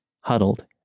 huddled